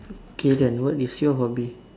okay then what is your hobby